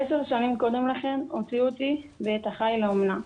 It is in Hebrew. עשר שנים קודם לכן הוציאו אותי ואת אחיי לאומנה.